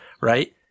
right